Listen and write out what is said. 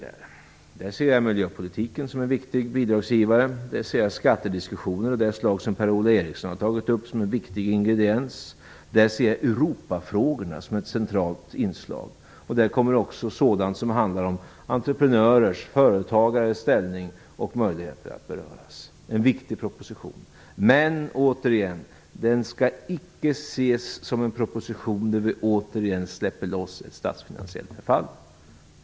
Där ser jag miljöpolitiken som en viktig bidragsgivare. Där ser jag skattediskussioner av det slag som Per-Ola Eriksson har tagit upp som en viktig ingrediens. Där ser jag Europafrågorna som ett centralt inslag. Där kommer också sådant att beröras som handlar om entreprenörers och företagares ställning och möjligheter. Det är en viktig proposition. Men igen: Den skall icke ses som en proposition där vi återigen släpper loss ett statsfinansiellt förfall.